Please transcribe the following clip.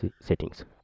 settings